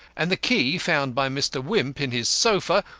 and the key found by mr. wimp in his sofa,